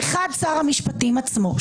בכל הזמן יכולת לתת לנו לדבר,